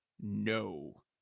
no